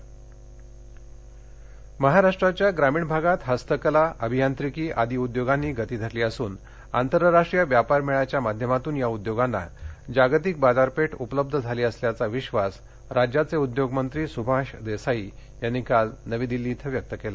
आंतरराष्टीय व्यापार मेळा महाराष्ट्राच्या ग्रामीण भागात हस्तकला अभियांत्रिकी आदी उद्योगांनी गती धरली असून आंतरराष्ट्रीय व्यापार मेळ्याच्या माध्यमातून या उद्योगांना जागतिक बाजारपेठ उपलब्ध झाली असल्याचा विधास राज्याचे उद्योग मंत्री सुभाष देसाई यांनी काल नवी दिल्ली इथं व्यक्त केला